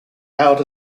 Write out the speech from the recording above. held